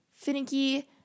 finicky